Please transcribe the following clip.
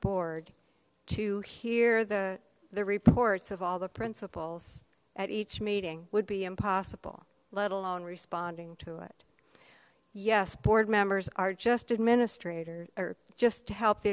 board to hear the the reports of all the principals at each meeting would be impossible let alone responding to it yes board members are just administrator just to help the